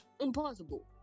impossible